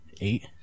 Eight